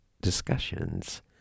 discussions